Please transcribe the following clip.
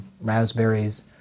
raspberries